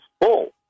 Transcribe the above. full